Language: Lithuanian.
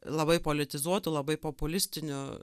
labai politizuotu labai populistiniu